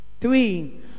Three